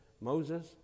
Moses